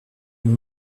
mon